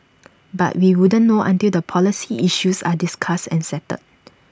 but we wouldn't know until the policy issues are discussed and settled